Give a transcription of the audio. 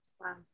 Wow